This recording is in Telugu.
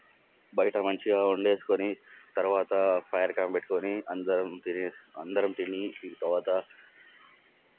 బయట మంచిగా వండేస్కోని తర్వాత ఫైర్ క్యాంప్ పెట్టుకోని అందరం తినే అందరం తిని తర్వాత